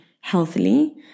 healthily